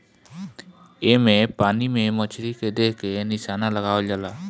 एमे पानी में मछरी के देख के निशाना लगावल जाला